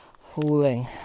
hauling